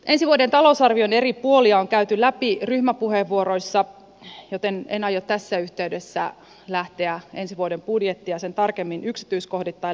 ensi vuoden talousarvion eri puolia on käyty läpi ryhmäpuheenvuoroissa joten en aio tässä yhteydessä lähteä ensi vuoden budjettia sen tarkemmin yksityiskohdittain läpikäymään